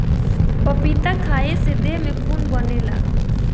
पपीता खाए से देह में खून बनेला